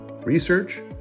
research